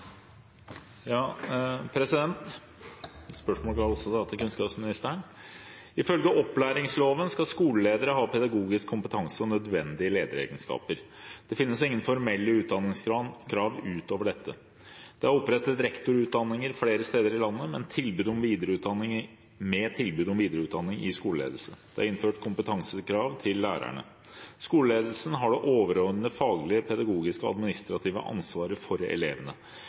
kunnskapsministeren: «Ifølge opplæringsloven skal skoleledere ha pedagogisk kompetanse og 'nødvendige lederegenskaper'. Det finnes ingen formelle utdanningskrav utover dette. Det er opprettet rektorutdanninger flere steder i landet, med tilbud om videreutdanning i skoleledelse. Det er innført kompetansekrav til lærerne. Skoleledelsen har det overordnede faglige, pedagogiske og administrative ansvaret for elevene.